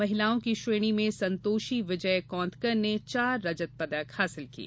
महिलाओं की श्रेणी में संतोषी विजय कौथंकर ने चार रजत पदक हासिल किए